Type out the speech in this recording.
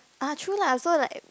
ah true lah so like